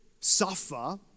suffer